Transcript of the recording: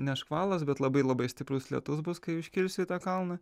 ne škvalas bet labai labai stiprus lietus bus kai užkilsi į tą kalną